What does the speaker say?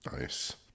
Nice